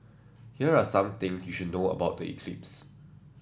here are some things you should know about the eclipse